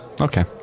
Okay